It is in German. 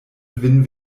win